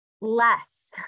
less